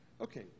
Okay